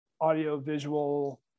audio-visual